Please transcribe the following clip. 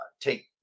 take